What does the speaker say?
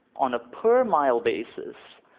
on a per-mile basis,